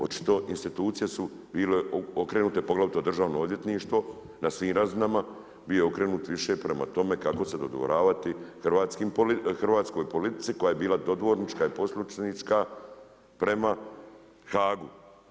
Očito institucije su bile okrenuto, poglavito Državno odvjetništvo na svim razinama bio okrenut više prema tome kako se dodvoravati hrvatskoj politici koja je je bila dodvornička i poslušnička prema Haagu.